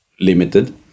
limited